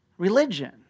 religion